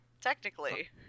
Technically